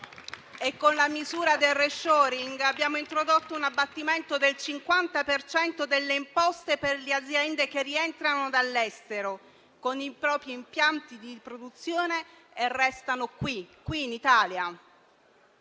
Con la misura del *reshoring* abbiamo introdotto un abbattimento del 50 per cento delle imposte per le aziende che rientrano dall'estero con i propri impianti di produzione e restano qui, in Italia.